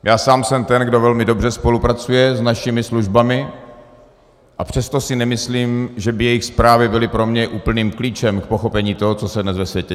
Já sám jsem ten, kdo velmi dobře spolupracuje s našimi službami, a přesto si nemyslím, že by jejich zprávy byly pro mě úplným klíčem k pochopení toho, co se dnes ve světě děje.